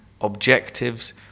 objectives